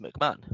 McMahon